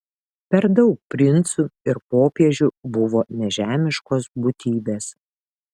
per daug princų ir popiežių buvo nežemiškos būtybės